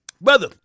Brother